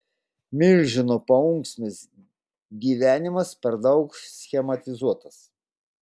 milžino paunksmės gyvenimas per daug schematizuotas